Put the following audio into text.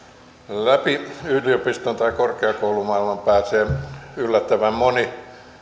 läpi yliopiston tai korkeakoulumaailman pääsee yllättävän moni